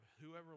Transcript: whoever